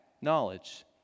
knowledge